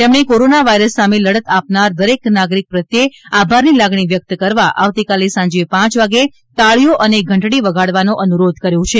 તેમણે corona virus સામે લડત આપનાર દરેક નાગરિક પ્રત્યે આભારની લાગણી વ્યક્ત કરવા આવતીકાલે સાંજે પાંચ વાગે તાળીઓ અને ઘંટડી વગાડવાનો અનુરોધ કર્યો છે